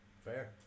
Fair